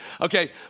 Okay